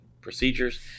procedures